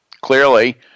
Clearly